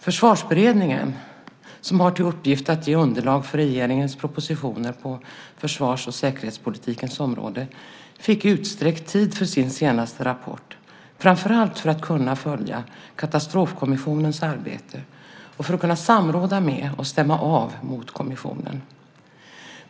Försvarsberedningen, som har till uppgift att ge underlag för regeringens propositioner på försvars och säkerhetspolitikens område, fick utsträckt tid för sin senaste rapport, framför allt för att kunna följa Katastrofkommissionens arbete och för att kunna samråda med och stämma av mot kommissionen.